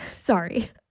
Sorry